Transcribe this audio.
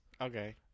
Okay